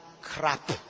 crap